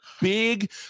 big –